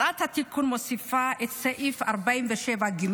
הצעת התיקון מוסיפה את סעיף 47(ג),